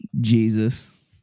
Jesus